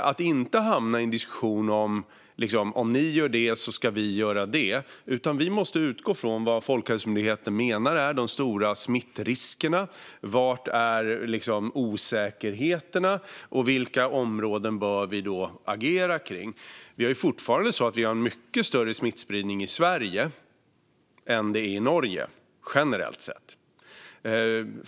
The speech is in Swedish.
Vi ska inte hamna i en diskussion om att om ni gör det där ska vi göra det här, utan vi måste utgå från vad Folkhälsomyndigheten menar är de stora smittriskerna. Var finns osäkerheterna, och vilka områden bör vi agera kring? Det är fortfarande så att vi generellt sett har en mycket större smittspridning i Sverige än man har i Norge.